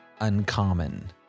uncommon